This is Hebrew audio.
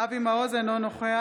אינו נוכח